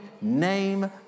name